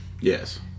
Yes